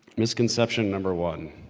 misconception number one,